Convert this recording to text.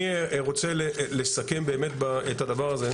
אני רוצה לסכם באמת את הדבר הזה,